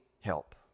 help